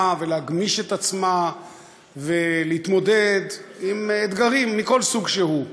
ולהגמיש את עצמה ולהתמודד עם אתגרים מכל סוג שהוא,